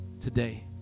today